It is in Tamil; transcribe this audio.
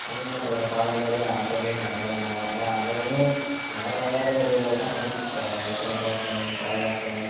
தமிழ்நாட்டோட பாரம்பரிய ஆட்டமே நடனம் தான் ஆனால் அதுவும் வேறு வேறு முறையெலலாம் கண்டுபிடிச்சிட்டாங்க சிலம்பாட்டம் கரகாட்டம்